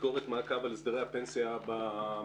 ביקרות מעקב על הסדרי הפנסיה במדינה,